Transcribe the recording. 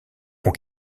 ont